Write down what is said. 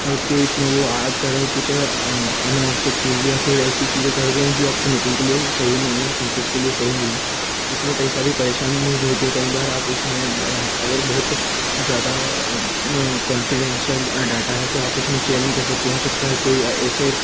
हर case में वो आकर कुछ अनावश्यक चीज़ या फिर ऐसी चीज़ें कर देंगे जो आपकी मीटिंग के लिए सही नहीं है आप कौनफ्रेस के लिए सही नहीं है इसमें कई सारी परेशानी नहीं बोलती है कई बार आप इसमें अगर बहोत जादा कौनफेनडेन्सियल डाटा है तो आप उसमें शेयर नहीं कर सकते हो हो सकता है कोई ऐसे